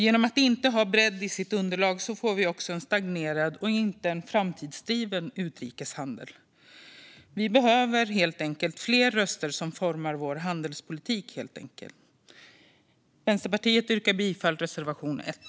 Genom att inte ha bredd i underlagen får vi också en stagnerad och inte framtidsdriven utrikeshandel. Vi behöver helt enkelt fler röster som formar vår handelspolitik. Jag yrkar för Vänsterpartiets räkning bifall till reservation 1.